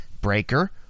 Breaker